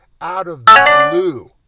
out-of-the-blue